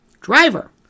driver